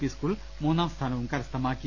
P school മൂന്നാം സ്ഥാനവും കരസ്ഥമാക്കി